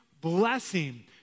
blessing